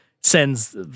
sends